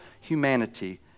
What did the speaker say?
humanity